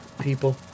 people